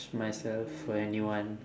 myself for anyone